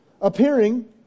appearing